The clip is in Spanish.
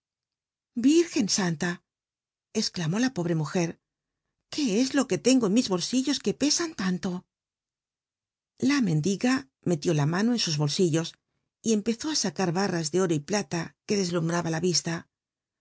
virgen anta clamó la pobre mujer qué e lu ijuc tengo en mis bol illo que p an tanto la mendiga mcl icí la mano en sus hol sillo l'llljwzií á arar harras ele oro y plata cjne clcslu mhraban la vista r